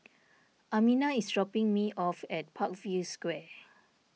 Amina is dropping me off at Parkview Square